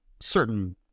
Certain